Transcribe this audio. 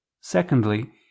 Secondly